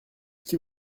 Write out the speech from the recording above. qui